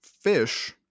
fish